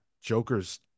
Joker's